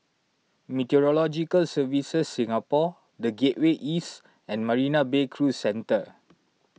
Meteorological Services Singapore the Gateway East and Marina Bay Cruise Centre